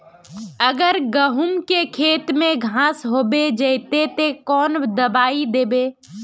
अगर गहुम के खेत में घांस होबे जयते ते कौन दबाई दबे?